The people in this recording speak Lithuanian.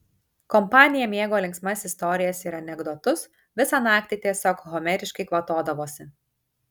kompanija mėgo linksmas istorijas ir anekdotus visą naktį tiesiog homeriškai kvatodavosi